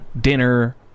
dinner